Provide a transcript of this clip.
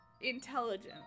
intelligent